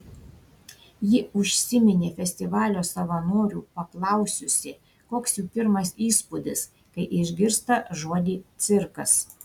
ji užsiminė festivalio savanorių paklausiusi koks jų pirmas įspūdis kai išgirsta žodį cirkas